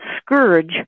scourge